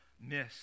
miss